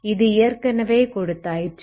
இது ஏற்கனவே கொடுத்தாயிற்று